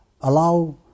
allow